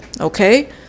okay